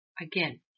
Again